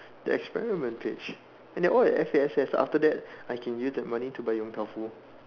the experiment page and they're all at F_A_S_S after that I can use the money to buy Yong-tau-foo